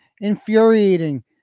Infuriating